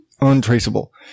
Untraceable